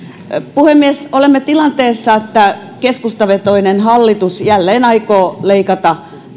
puhemies olemme tilanteessa että keskustavetoinen hallitus jälleen aikoo leikata